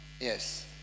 Yes